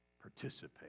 participate